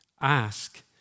Ask